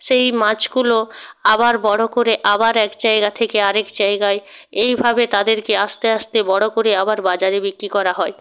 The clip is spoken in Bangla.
সেই মাছগুলো আবার বড়ো করে আবার এক জায়গা থেকে আরেক জায়গায় এইভাবে তাদেরকে আস্তে আস্তে বড়ো করে আবার বাজারে বিক্রি করা হয়